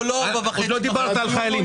עוד לא דיברת על חיילים.